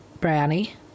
Brownie